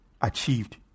achieved